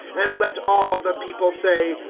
and let all the people say,